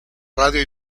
radio